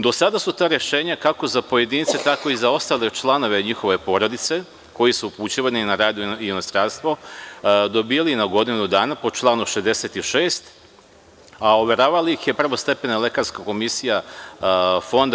Do sada su ta rešenja, kako za pojedince, tako i za ostale članove njihove porodice, koji su upućivani na rad u inostranstvo, dobijali na godinu dana, po članu 66, a overavala ih je prvostepena lekarska komisija RFZO.